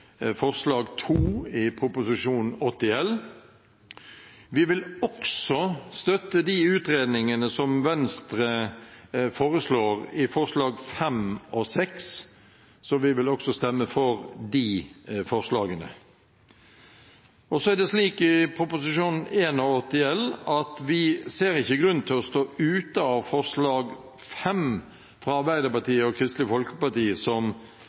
80 L for 2016–2017. Vi vil også støtte de utredningene som Venstre foreslår i forslagene nr. 5 og 6, så vi vil også stemme for de forslagene. Når det gjelder Prop. 81 L for 2016–2017, ser vi ikke noen grunn til å stå utenfor forslag nr. 5, fra Arbeiderpartiet og Kristelig Folkeparti, som